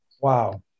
wow